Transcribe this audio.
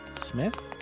Smith